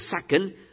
second